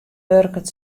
wurket